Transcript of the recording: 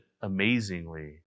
amazingly